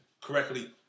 correctly